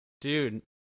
dude